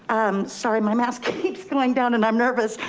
i'm sorry, my mask keeps going down and i'm nervous.